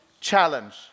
Challenge